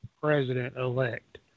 president-elect